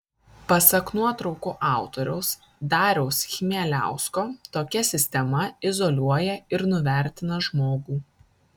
pasak nuotraukų autoriaus dariaus chmieliausko tokia sistema izoliuoja ir nuvertina žmogų